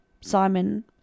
Simon